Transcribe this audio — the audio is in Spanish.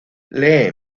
lee